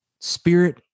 spirit